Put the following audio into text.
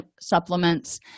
supplements